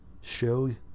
show